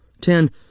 Ten